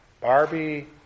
Barbie